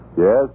Yes